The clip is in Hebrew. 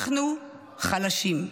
אנחנו חלשים.